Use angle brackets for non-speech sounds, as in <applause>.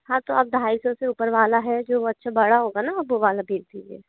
हाँ तो आप ढाई सौ से ऊपर वाला है जो <unintelligible> बड़ा होगा ना वो वाला भेज दीजिए